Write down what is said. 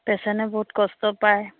পেচেন্টে বহুত কষ্ট পায়